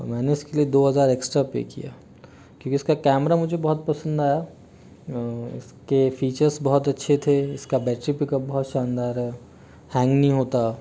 और मैंने इसके लिए दो हज़ार एक्स्ट्रा पे किया क्योंकि इसका कैमरा मुझे बहुत पसंद आया इसके फ़ीचर्स बहुत अच्छे थे इसका बैटरी पिकअप बहुत शानदार है हैंग नहीं होता